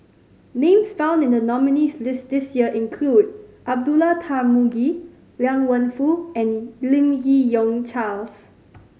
names found in the nominees' list this year include Abdullah Tarmugi Liang Wenfu and Lim Yi Yong Charles